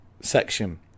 section